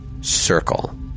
circle